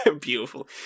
Beautiful